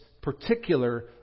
particular